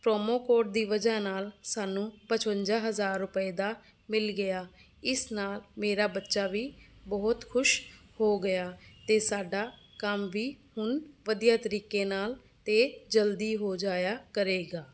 promo code ਦੀ ਵਜ੍ਹਾ ਨਾਲ ਸਾਨੂੰ ਪਚਵੰਜਾ ਹਜ਼ਾਰ ਰੁਪਏ ਦਾ ਮਿਲ ਗਿਆ ਇਸ ਨਾਲ ਮੇਰਾ ਬੱਚਾ ਵੀ ਬਹੁਤ ਖੁਸ਼ ਹੋ ਗਿਆ ਅਤੇ ਸਾਡਾ ਕੰਮ ਵੀ ਹੁਣ ਵਧੀਆ ਤਰੀਕੇ ਨਾਲ ਅਤੇ ਜਲਦੀ ਹੋ ਜਾਇਆ ਕਰੇਗਾ